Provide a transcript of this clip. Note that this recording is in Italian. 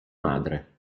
madre